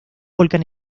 volcán